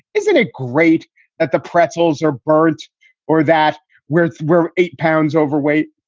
isn't it great at the pretzels or birds or that we're we're eight pounds overweight?